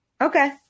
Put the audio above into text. Okay